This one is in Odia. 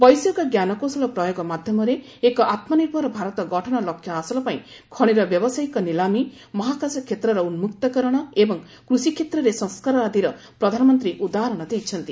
ବୈଷୟିକ ଜ୍ଞାନକୌଶଳ ପ୍ରୟୋଗ ମାଧ୍ୟମରେ ଏକ ଆତ୍ମନିର୍ଭର ଭାରତ ଗଠନ ଲକ୍ଷ୍ୟ ହାସଲ ପାଇଁ ଖଣିର ବ୍ୟବସାୟିକ ନିଲାମୀ ମହାକାଶ କ୍ଷେତ୍ରର ଉନ୍କକ୍ତକରଣ ଏବ ଂ କୃଷିକ୍ଷେତ୍ରରେ ସଂସ୍କାର ଆଦିର ପ୍ରଧାନମନ୍ତ୍ରୀ ଉଦାହରଣ ଦେଇଛନ୍ତି